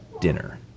dinner